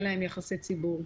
ואין להם יחסי ציבור,